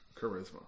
charisma